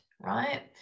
right